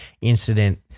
incident